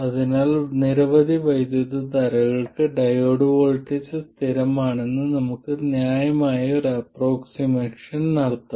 അതിനാൽ നിരവധി വൈദ്യുതധാരകൾക്ക് ഡയോഡ് വോൾട്ടേജ് സ്ഥിരമാണെന്ന് നമുക്ക് ന്യായമായ ഒരു അപ്രോക്സിമേഷൻ നടത്താം